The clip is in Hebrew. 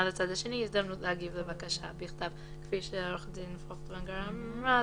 לצד השני הזדמנות להגיב לבקשה בכתב." כפי שעו"ד פויכטונגר אמרה,